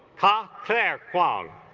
cough air kwang